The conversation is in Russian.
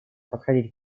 подходить